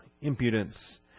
impudence